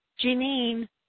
Janine